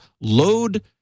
load